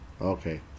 Okay